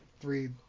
Three